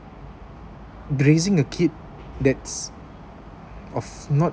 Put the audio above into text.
raising a kid that's of not